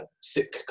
Sick